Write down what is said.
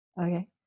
okay